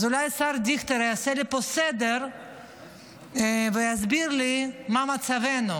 אז אולי השר דיכטר יעשה לי פה סדר ויסביר לי מה מצבנו.